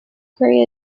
cray